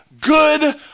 good